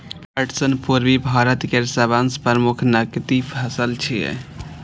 पटसन पूर्वी भारत केर सबसं प्रमुख नकदी फसल छियै